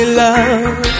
love